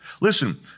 Listen